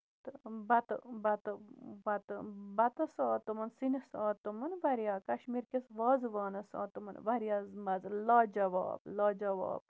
تہٕ بَتہٕ بَتہٕ بَتہٕ بَتَس آو تِمَن سِنِس آو تِمَن واریاہ کَشمیٖر کِس وازوانَس آو تِمَن واریاہ مَزٕ لاجَواب لاجَواب